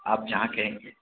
آپ جہاں کہیں گے